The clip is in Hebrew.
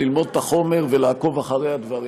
ללמוד את החומר ולעקוב אחרי הדברים,